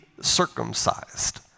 circumcised